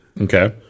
Okay